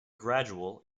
gradual